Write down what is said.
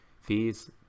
fees